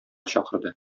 чакырды